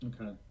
Okay